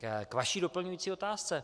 K vaší doplňující otázce.